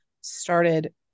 started